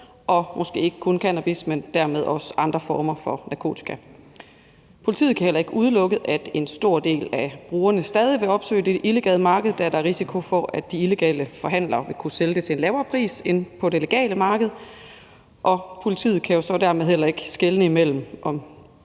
måske ikke kun af cannabis, men også af andre former for narkotika. Politiet kan heller ikke udelukke, at en stor del af brugerne stadig vil opsøge det illegale marked, da der er risiko for, at de illegale forhandlere vil kunne sælge det til en lavere pris end på det legale marked, og politiet kan jo så dermed heller ikke skelne mellem,